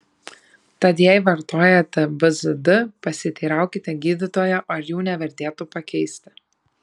tad jei vartojate bzd pasiteiraukite gydytojo ar jų nevertėtų pakeisti